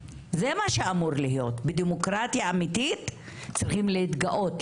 זה מה שאמור להיות בדמוקרטיה אמיתית צריכים להתגאות,